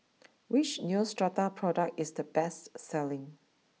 which Neostrata product is the best selling